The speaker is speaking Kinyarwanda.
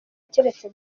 keretse